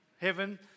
heaven